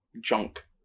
Junk